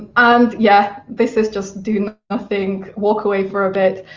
and yeah this is just do nothing, walk away for a bit.